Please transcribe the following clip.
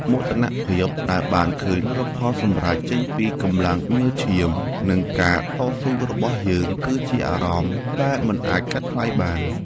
មោទនភាពដែលបានឃើញលទ្ធផលសម្រេចចេញពីកម្លាំងញើសឈាម និងការតស៊ូរបស់យើងគឺជាអារម្មណ៍ដែលមិនអាចកាត់ថ្លៃបាន។